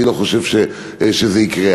אני לא חושב שזה יקרה.